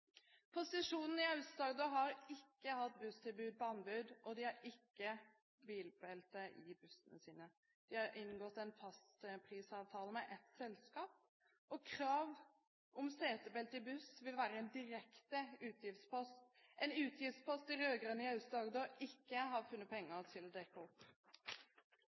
Posisjonen i Aust-Agder har ikke hatt busstilbud på anbud, og de har ikke bilbelte i bussene sine. De har inngått en fastprisavtale med et selskap, og krav om setebelte i buss vil være en direkte utgiftspost – en utgiftspost de rød-grønne i Aust-Agder ikke har funnet penger til å dekke opp.